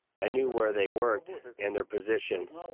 i knew where they worked and their positions,